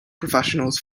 professionals